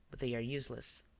but they are useless.